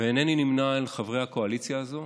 ואינני נמנה על חברי הקואליציה הזו,